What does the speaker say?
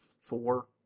Four